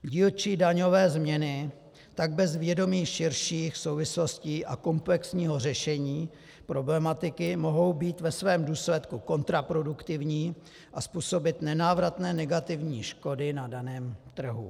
Dílčí daňové změny tak bez vědomí širších souvislostí a komplexního řešení problematiky mohou být ve svém důsledku kontraproduktivní a způsobit nenávratné negativní škody na daném trhu.